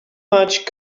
much